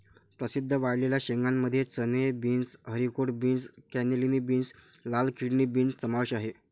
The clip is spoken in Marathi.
प्रसिद्ध वाळलेल्या शेंगांमध्ये चणे, beans, haricot beans, cannellini beans, लाल किडनी बीन्स समावेश आहे